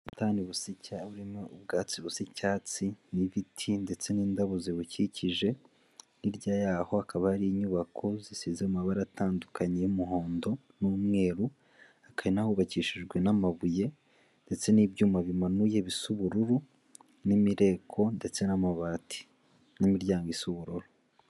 Ubusitani busa icyatsi burimo ubwatsi busa icyatsi n'ibiti ndetse n'indabo zibukikije, hirya yaho hakaba hari inyubako zisize amabara atandukanye y'umuhondo, n'umweru . Hakaba n'ahubakishijwe n'amabuye ndetse n'ibyuma bimanuye bisa ubururu n'imireko ndetse n'amabati n'imiryango isa ubururu.